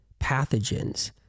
pathogens